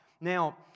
Now